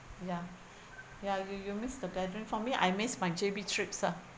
ya ya you you miss the gathering for me I miss my J_B trips ah